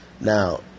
Now